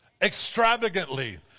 extravagantly